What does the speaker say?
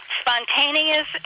Spontaneous